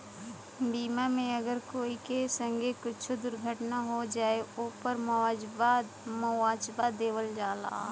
बीमा मे अगर कोई के संगे कुच्छो दुर्घटना हो जाए, ओपर मुआवजा देवल जाला